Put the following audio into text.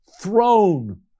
throne